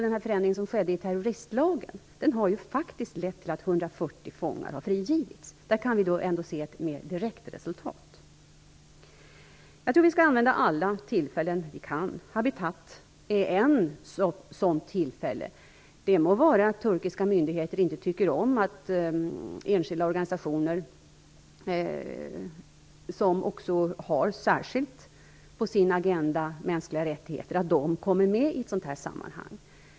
Den förändring som skedde i terroristlagen har däremot lett till att 140 fångar har frigivits. Detta kan då ses som ett mer direkt resultat. Jag tror att vi skall använda oss av alla tillfällen som vi kan använda oss av. Habitat är ett sådant tillfälle. Det må vara att turkiska myndigheter inte tycker om att enskilda organisationer, som särskilt har mänskliga rättigheter på sin agenda, kommer med i ett sådant här sammanhang.